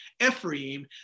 Ephraim